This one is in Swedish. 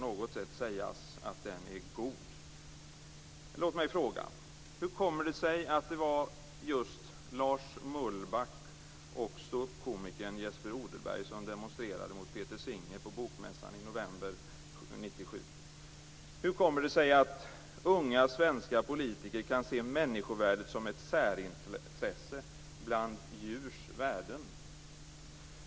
Låt mig fråga följande: · Hur kommer det sig att det var just Lars Mullback och ståuppkomikern Jesper Odelberg som demonstrerade mot Peter Singer på Bokmässan i november 1997? · Hur kommer det sig att unga svenska politiker kan se människovärdet som ett särintresse bland djurs värden?